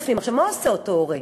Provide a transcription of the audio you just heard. עכשיו, מה עושה אותו הורה?